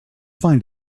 find